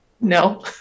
No